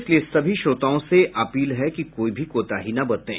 इसलिए सभी श्रोताओं से अपील है कि कोई भी कोताही न बरतें